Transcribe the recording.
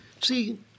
See